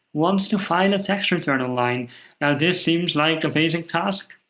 wants to file and a tax return online. now this seems like a basic task.